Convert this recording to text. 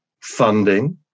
funding